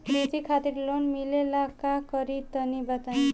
कृषि खातिर लोन मिले ला का करि तनि बताई?